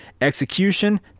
Execution